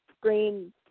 green